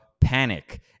panic